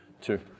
Two